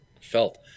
felt